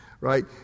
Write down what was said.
right